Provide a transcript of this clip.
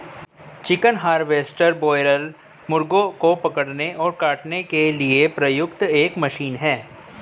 chicken harvester broiler मुर्गों को पकड़ने और काटने के लिए प्रयुक्त एक मशीन है